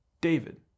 David